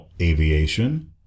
aviation